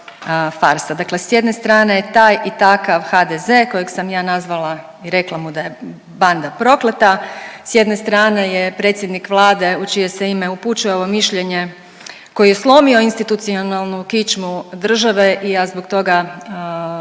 Dakle, s jedne strane je taj i takav HDZ kojeg sam ja nazvala i rekla mu daje banda prokleta. S jedne strane je predsjednik Vlade u čije se ime upućuje ovo mišljenje koji je slomio institucionalnu kičmu države i ja zbog toga tvrdim